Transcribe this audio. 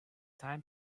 time